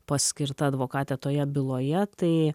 paskirta advokatė toje byloje tai